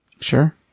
Sure